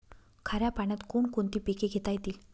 खाऱ्या पाण्यात कोण कोणती पिके घेता येतील?